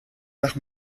nach